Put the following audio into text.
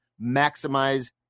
maximize